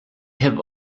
have